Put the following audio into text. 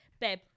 babe